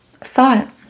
thought